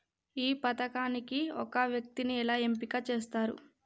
ఈ పథకానికి ఒక వ్యక్తిని ఎలా ఎంపిక చేస్తారు?